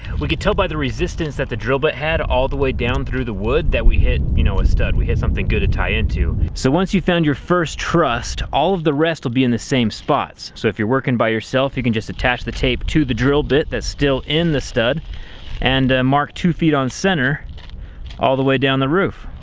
we can tell by the resistance that the drill bit had all the way down through the wood that we hit you know a stud. we hit something good to tie into. so once you've found your first truss, all of the rest will be in the same spots, so if you're working by yourself you can just attach the tape to the drill bit that's still in the stud and mark two feet on center all the way down the roof.